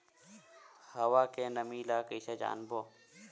हवा के नमी ल कइसे जानबो?